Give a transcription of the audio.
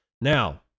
Now